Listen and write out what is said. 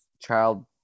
child